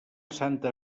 santa